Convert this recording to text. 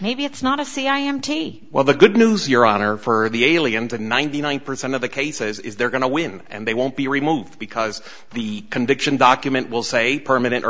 maybe it's not a c i m t well the good news your honor for the alien the ninety nine percent of the cases is they're going to win and they won't be removed because the conviction document will say permanent or